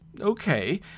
Okay